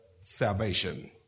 salvation